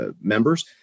members